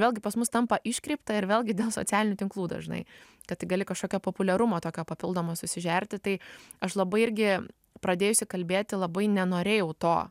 vėlgi pas mus tampa iškreipta ir vėlgi dėl socialinių tinklų dažnai kad tai gali kažkokio populiarumo tokio papildomo susižerti tai aš labai irgi pradėjusi kalbėti labai nenorėjau to